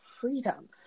freedom